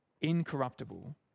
incorruptible